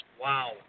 wow